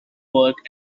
work